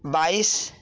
ବାଇଶ